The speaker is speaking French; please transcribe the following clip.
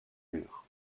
murs